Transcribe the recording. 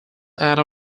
anna